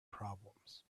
problems